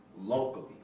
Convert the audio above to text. locally